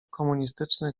komunistycznych